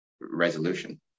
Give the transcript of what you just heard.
resolution